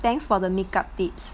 thanks for the makeup tips